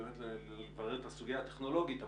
לברר את הסוגיה הטכנולוגית,